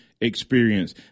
experience